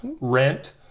rent